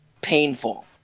painful